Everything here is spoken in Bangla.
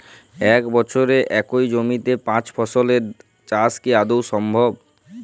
এক বছরে একই জমিতে পাঁচ ফসলের চাষ কি আদৌ সম্ভব?